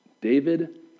David